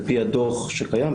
על פי הדוח שקיים,